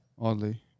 oddly